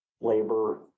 labor